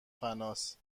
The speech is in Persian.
فناس